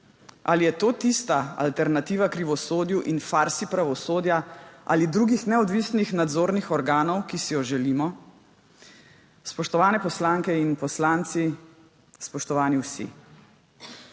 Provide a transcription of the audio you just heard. Ali je to tista alternativa »krivosodju« in »farsi pravosodja« ali drugih neodvisnih nadzornih organov, ki si jo želimo? Spoštovane poslanke in poslanci, spoštovani vsi!